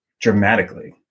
dramatically